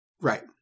Right